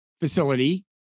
facility